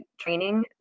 training